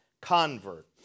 convert